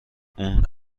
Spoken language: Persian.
اون